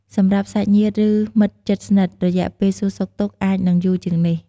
សម្រាប់សាច់ញាតិ ឬ មិត្តជិតស្និទ្ធ រយៈពេលសួរសុខទុក្ខអាចនឹងយូរជាងនេះ។